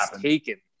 taken